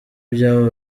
ibyabo